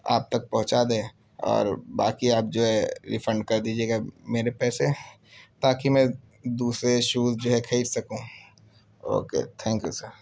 آپ تک پہنچا دے اور باقی آپ جو ہے ریفنڈ کر دیجیے گا میرے پیسے تا کہ میں دوسرے شوز جو ہے خرید سکوں okay thank you sir